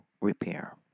repair